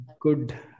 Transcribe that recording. good